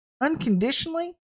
unconditionally